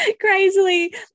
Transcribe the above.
crazily